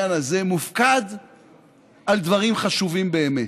מופקד פה בבניין הזה על דברים חשובים באמת.